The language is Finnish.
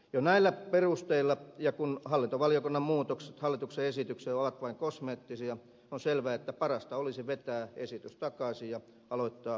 jo näillä perusteilla ja kun hallintovaliokunnan muutokset hallituksen esitykseen ovat vain kosmeettisia on selvää että parasta olisi vetää esitys takaisia aloittaa